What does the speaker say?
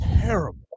terrible